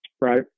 right